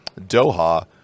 Doha